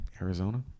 Arizona